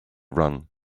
run